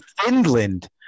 Finland